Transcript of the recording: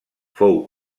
fou